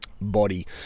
body